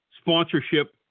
sponsorship